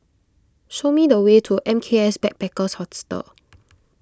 show me the way to M K S Backpackers Hostel